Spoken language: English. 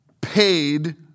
paid